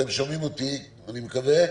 אתם שומעים אותי אני מקווה.